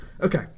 Okay